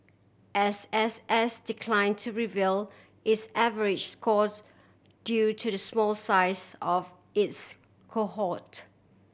S S S decline to reveal its average scores due to the small size of its cohort